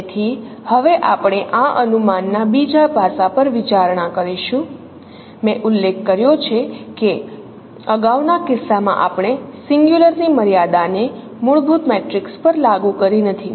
તેથી હવે આપણે આ અનુમાનના બીજા પાસા પર વિચારણા કરીશું મેં ઉલ્લેખ કર્યો છે કે અગાઉના કિસ્સામાં આપણે સિંગલ્યુલરની મર્યાદાને મૂળભૂત મેટ્રિક્સ પર લાગુ કરી નથી